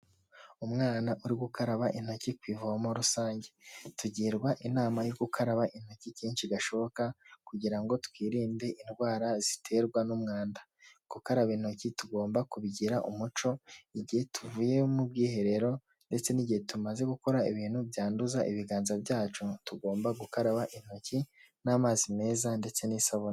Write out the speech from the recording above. Umwana uri gukaraba intoki ku ivomo rusange. Tugirwa inama yo gukaraba intoki kenshi gashoboka kugira ngo twirinde indwara ziterwa n'umwanda. Gukaraba intoki tugomba kubigira umuco, igihe tuvuye mu bwiherero ndetse n'igihe tumaze gukora ibintu byanduza ibiganza byacu, tugomba gukaraba intoki n'amazi meza ndetse n'isabune.